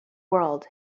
world